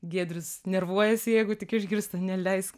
giedrius nervuojasi jeigu tik išgirsta neleisk